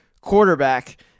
quarterback